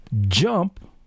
jump